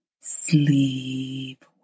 sleep